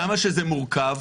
כמה שזה מורכב,